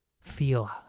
feel